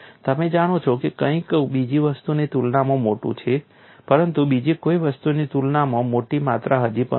તમે જાણો છો કે કંઈક બીજી વસ્તુની તુલનામાં મોટું છે પરંતુ બીજી કોઈ વસ્તુની તુલનામાં મોટી માત્રા હજી પણ ઓછી છે